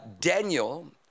Daniel